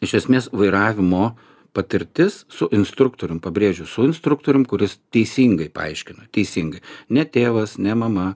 iš esmės vairavimo patirtis su instruktorium pabrėžiu su instruktorium kuris teisingai paaiškina teisingai ne tėvas ne mama